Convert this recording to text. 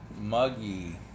muggy